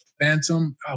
Phantom